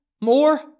More